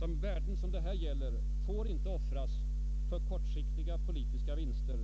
De värden det här gäller får icke offras för kortsiktiga politiska vinster,